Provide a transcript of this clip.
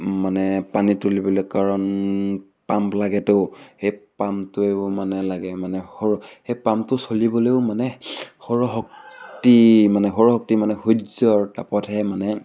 মানে পানী তুলিবলৈ কাৰণ পাম্প লাগেতো সেই পাম্পটোৱেও মানে লাগে মানে সৰু সেই পাম্পটো চলিবলেও মানে সৌৰশক্তি মানে সৌৰশক্তি মানে সূৰ্যৰ তাপতহে মানে